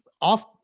off